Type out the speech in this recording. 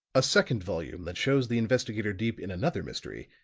a second volume that shows the investigator deep in another mystery,